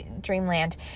dreamland